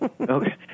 Okay